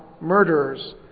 murderers